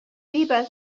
weber